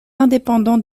indépendants